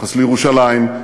ביחס לירושלים,